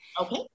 Okay